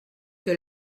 que